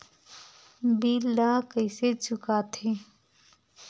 bill ला कइसे चुका थे